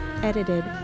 Edited